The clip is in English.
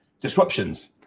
disruptions